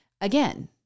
Again